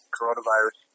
coronavirus